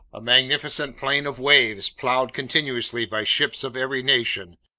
a magnificent plain of waves plowed continuously by ships of every nation,